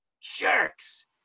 jerks